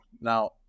Now